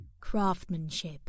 Craftsmanship